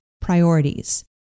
priorities